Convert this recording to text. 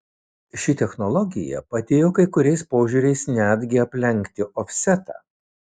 ši technologija padėjo kai kuriais požiūriais netgi aplenkti ofsetą